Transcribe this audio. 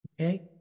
Okay